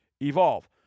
evolve